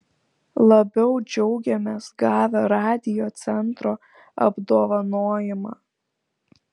labiau džiaugėmės gavę radiocentro apdovanojimą